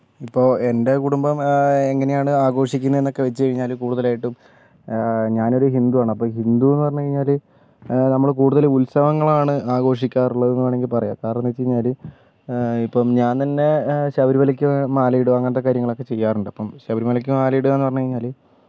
ഇപ്പോൾ എൻ്റെ കുടുംബം എങ്ങനെയാണ് ആഘോഷിക്കുന്നതെന്ന് ഒക്കെ വച്ച്കഴിഞ്ഞാല് കൂടുതലായിട്ടും ഞാൻ ഒരു ഹിന്ദു ആണ് അപ്പോൾ ഹിന്ദു എന്ന് പറഞ്ഞ് കഴിഞ്ഞാല് നമ്മള് കൂടുതല് ഉത്സവങ്ങളാണ് ആഘോഷിക്കാറുള്ളത് എന്ന് വേണമെങ്കിൽ പറയാം കാരണം എന്താന്ന് വച്ച് കഴിഞ്ഞാല് ഇപ്പം ഞാൻ തന്നെ ശബരിമലയ്ക്ക് മാലയിടുക അങ്ങനത്തെ കാര്യങ്ങളൊക്കെ ചെയ്യാറുണ്ട് അപ്പം ശബരിമലയ്ക്ക് മാല ഇടുകാന്ന് പറഞ്ഞ് കഴിഞ്ഞാല്